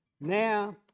Now